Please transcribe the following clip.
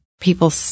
people